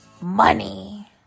money